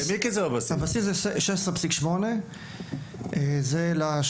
הוא 16.8 מיליון ₪,